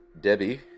Debbie